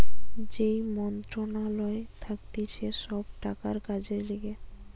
যেই মন্ত্রণালয় থাকতিছে সব টাকার কাজের লিগে